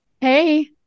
Hey